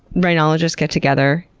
rhinologists get together,